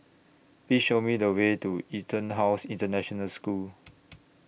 Please Show Me The Way to Etonhouse International School